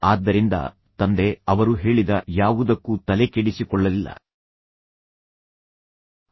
ಆದ್ದರಿಂದ ತಂದೆ ಅವರು ಹೇಳಿದ ಯಾವುದಕ್ಕೂ ತಲೆಕೆಡಿಸಿಕೊಳ್ಳಲಿಲ್ಲ ಕನಿಷ್ಠ ನೀವು ನನ್ನನ್ನು ಅವರ ಮನೆಯಲ್ಲಿ ಬಿಟ್ಟುಬಿಡಿ